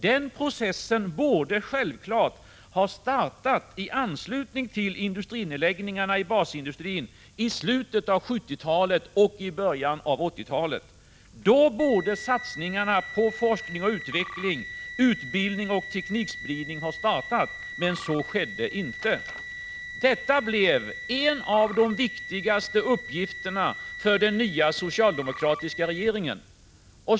Den processen borde självfallet ha startat i anslutning till industrinedläggningarna i basindustrin i slutet av 1970-talet och i början av 1980-talet. Då borde satsningarna på forskning och utveckling, utbildning och teknikspridning ha startat. Men så skedde inte. Detta blev en av de viktigaste uppgifterna för den nya socialdemokratiska regeringen.